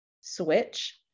switch